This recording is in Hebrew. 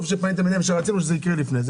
ורצינו שיקרה לפני כן